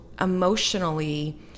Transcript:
emotionally